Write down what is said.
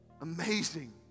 amazing